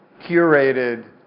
curated